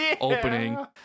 opening